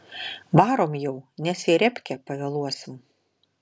varom jau nes į repkę pavėluosim